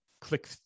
click